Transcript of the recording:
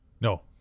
no